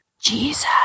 Jesus